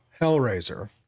Hellraiser